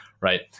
right